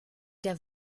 der